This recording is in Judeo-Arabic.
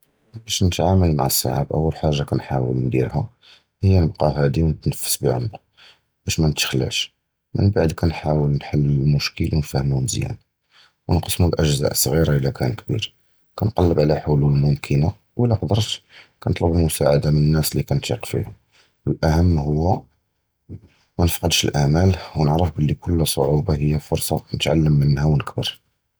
כִּיפַּאש נְתְעַאמְלּוּ مַעַא אֶל-סְּעָאבָּאת? אוּלָא חַאגָּה כּנְחַاوַּל נַעֲמֵל הִיּוּ נִבְקִי שַׁ'דִי וְנִתְנַפֵּס בְּעֻמְקּ בַּשּׁ מַא נִתְחַלַּעְשׁ, וּמִנְבַּעְד כּנְחַאוַּל נְחַלּ הַמְּשְּׁקֶל וְנְפַהְּמוּ מְזִיּאַנָאן וְנַקַּסְּמוּ לְאַעְצָאא סְעִירָה אִלָּא קָאן קְבִיר, כּנְקַלֵּב עַל חֻלוּל מֻכְנָה וְאִלָּא יְגִדְתּ נְטַלְּב הַמֻּסַעַּדָה מִן הַנָּאס לִי כּנְתַאִק בִּיהוּם, וְהַאַחְמַן הוּוּ מַא נְפִקֵּדְש אֶל-אֻמַּל וְנַעְרֵף בְּלִי כּוּל סְּעָאבָּה הִיּוּ פְרְסָה נִתְעַלְּמּוּ מִהּ וְנְכַבֵּּר.